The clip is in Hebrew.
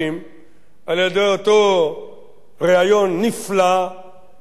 על-ידי אותו ריאיון נפלא ורב-חשיבות